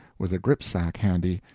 with a gripsack handy,